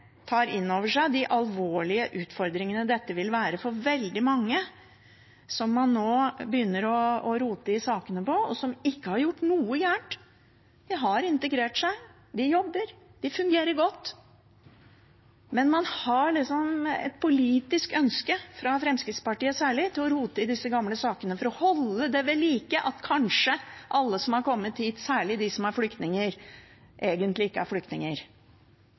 tar inn over seg de alvorlige utfordringene dette vil være for veldig mange som man nå begynner å rote i sakene til, og som ikke har gjort noe gærent. De har integrert seg, de jobber, de fungerer godt. Men man har liksom et politisk ønske – fra Fremskrittspartiet særlig – om å rote i disse gamle sakene, for å holde ved like at kanskje alle som har kommet hit, særlig dem som er flyktninger, egentlig ikke er flyktninger.